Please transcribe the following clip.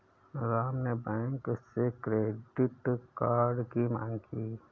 राम ने बैंक से credit card की माँग की